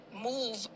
move